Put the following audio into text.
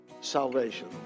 salvation